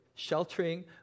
sheltering